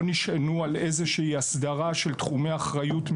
נשענו על איזושהי אסדרה של תחומי אחריות,